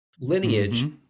lineage